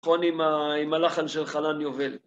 נכון, עם הלחן של חנן יובל